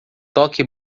toque